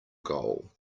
goal